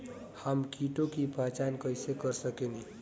हम कीटों की पहचान कईसे कर सकेनी?